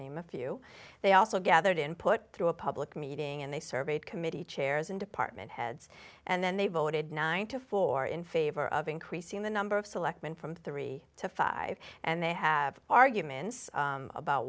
name a few they also gathered in put through a public meeting and they surveyed committee chairs and department heads and then they voted nine to four in favor of increasing the number of selectmen from three to five and they have arguments about